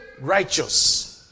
righteous